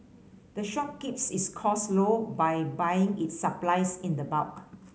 the shop keeps its cost low by buying its supplies in the bulk